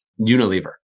Unilever